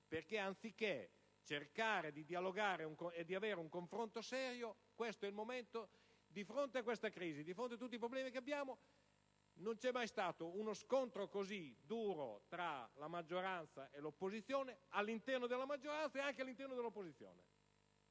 Perché non si cerca di dialogare e di avere un confronto serio. Questo è il momento. Di fronte a questa crisi e a tutti problemi che abbiamo non c'è mai stato uno scontro così duro tra maggioranza e opposizione, e all'interno della maggioranza e anche all'interno dell'opposizione.